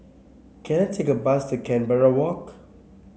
can I take a bus to Canberra Walk